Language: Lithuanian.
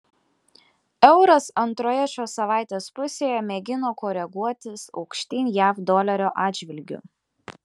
euras antroje šio savaitės pusėje mėgina koreguotis aukštyn jav dolerio atžvilgiu